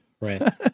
Right